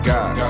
God